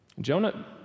Jonah